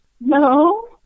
No